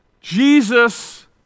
Jesus